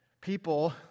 people